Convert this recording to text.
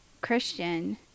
christian